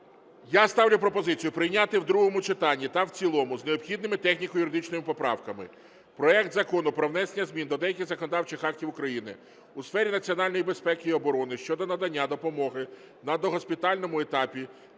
Я ставлю пропозицію прийняти в другому читанні та в цілому з необхідними техніко-юридичними поправками проект Закону про внесення змін до деяких законодавчих актів України у сфері національної безпеки і оборони щодо надання допомоги на догоспітальному етапі